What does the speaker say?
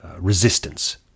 resistance